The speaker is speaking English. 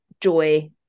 joy